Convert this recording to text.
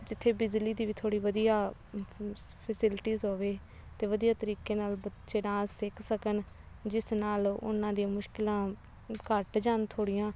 ਜਿੱਥੇ ਬਿਜਲੀ ਦੀ ਵੀ ਥੋੜ੍ਹੀ ਵਧੀਆ ਫਸਿਲਟੀਜ ਹੋਵੇ ਅਤੇ ਵਧੀਆ ਤਰੀਕੇ ਨਾਲ ਬੱਚੇ ਡਾਂਸ ਸਿੱਖ ਸਕਣ ਜਿਸ ਨਾਲ ਉਨ੍ਹਾਂ ਦੀਆਂ ਮੁਸ਼ਕਲਾਂ ਘੱਟ ਜਾਣ ਥੋੜ੍ਹੀਆਂ